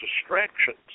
distractions